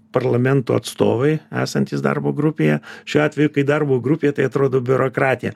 parlamento atstovai esantys darbo grupėje šiuo atveju kai darbo grupė tai atrodo biurokratija